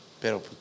pero